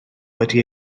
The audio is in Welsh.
wedi